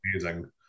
amazing